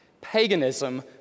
paganism